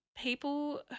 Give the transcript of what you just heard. people